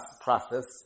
process